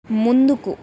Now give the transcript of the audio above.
ముందుకు